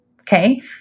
Okay